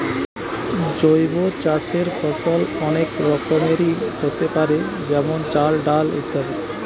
জৈব চাষের ফসল অনেক রকমেরই হোতে পারে যেমন চাল, ডাল ইত্যাদি